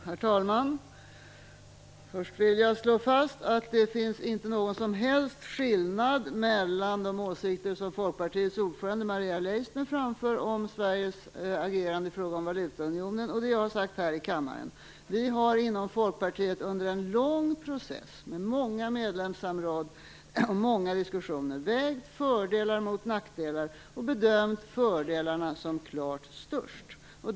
Herr talman! Först vill jag slå fast att det inte finns någon som helst skillnad mellan de åsikter som Folkpartiets ordförande Maria Leissner har framfört om Sveriges agerande i förhållande till valutaunionen och det jag har sagt här i kammaren. Vi har inom Folkpartiet under en lång process, med många medlemssamråd och många diskussioner, vägt fördelar mot nackdelar och bedömt fördelarna som klart störst.